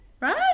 right